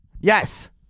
Yes